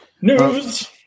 News